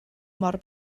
mor